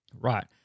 right